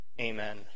Amen